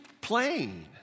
plain